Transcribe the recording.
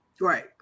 Right